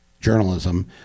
journalism